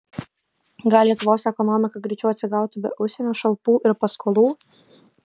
gal lietuvos ekonomika greičiau atsigautų be užsienio šalpų ir paskolų